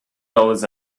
dollars